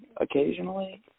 occasionally